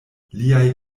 liaj